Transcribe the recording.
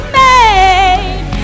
made